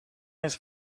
this